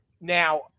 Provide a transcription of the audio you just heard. now